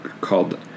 called